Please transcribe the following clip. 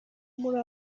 muri